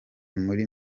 muri